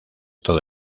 todo